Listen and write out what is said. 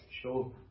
Sure